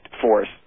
force